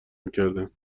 میکردند